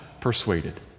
persuaded